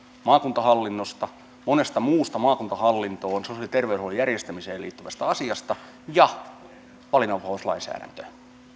maakuntahallinnosta monesta muusta maakuntahallintoon sosiaali ja terveydenhuollon järjestämiseen liittyvästä asiasta ja valinnanvapauslainsäädäntö